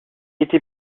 été